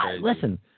Listen